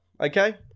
Okay